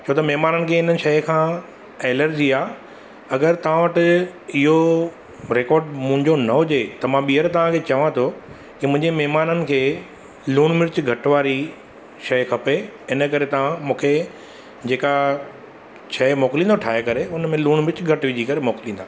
छो त महिमाननि खे हिननि शइ खां एलर्जी आ अगरि तवां वटि इयो रिकॉड मुंहिंजो न हुजे त मां ॿीहर तव्हांखे चवां थो के मुंहिंजे महिमाननि खे लूणु मिर्च घटि वारी शइ खपे इन करे तां मूंखे जेका शइ मोकिलींदो ठाहे करे उनमें लूणु मिर्च घटि विझी करे मोकिलींदा